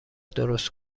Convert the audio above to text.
درست